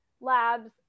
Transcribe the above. labs